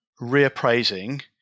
reappraising